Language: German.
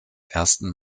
ersten